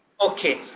Okay